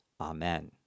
Amen